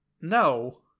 No